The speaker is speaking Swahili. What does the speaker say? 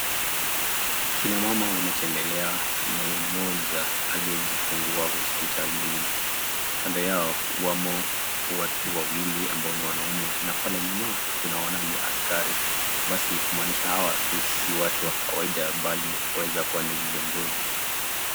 Kina mama wametembelea mama mmoja aliyejifungua hospitalini. Kando yao wamo watu wawili ambao ni wanaume na pale nyuma naona ni askari basi kumaanisha hawa watu si watu wa kawaida bali wanaweza kuwa ni viongozi.